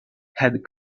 had